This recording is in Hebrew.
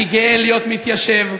אני גאה להיות מתיישב.